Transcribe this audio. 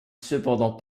cependant